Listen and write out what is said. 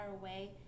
away